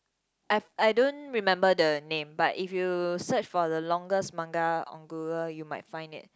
I I don't remember the name but if you search for the longest manga on Google you might find it